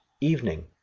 Evening